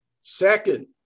Second